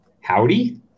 Howdy